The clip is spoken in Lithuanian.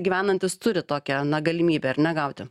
gyvenantys turi tokią na galimybę ar ne gauti